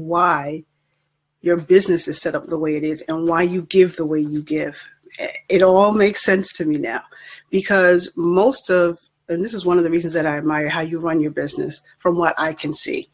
why your business is set up the way it is in line you give the way you give it all make sense to me now because most of this is one of the reasons that i admire how you run your business from what i can see